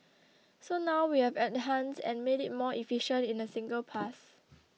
so now we have enhanced and made it more efficient in a single pass